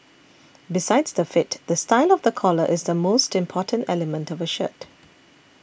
besides the fit the style of the collar is the most important element of a shirt